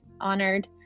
honored